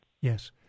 Yes